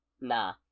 Nah